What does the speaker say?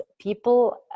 people